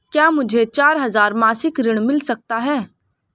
क्या मुझे चार हजार मासिक ऋण मिल सकता है?